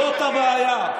זאת הבעיה.